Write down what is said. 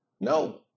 No